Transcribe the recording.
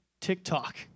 TikTok